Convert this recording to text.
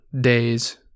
days